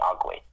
ugly